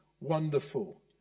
wonderful